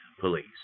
police